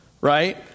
right